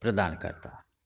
प्रदान करताह